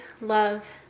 love